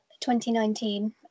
2019